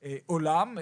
בעולם,